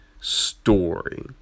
story